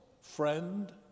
friend